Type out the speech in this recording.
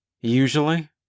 Usually